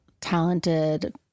talented